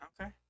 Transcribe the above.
okay